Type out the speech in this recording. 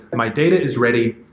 and my data is ready.